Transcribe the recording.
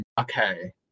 Okay